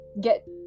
get